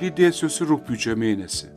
lydės jus ir rugpjūčio mėnesį